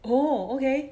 oh okay